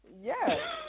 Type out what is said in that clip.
yes